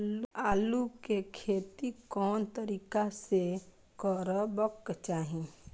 आलु के खेती कोन तरीका से करबाक चाही?